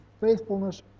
faithfulness